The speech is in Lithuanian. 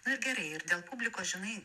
nu ir gerai ir dėl publikos žinai